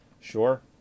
Sure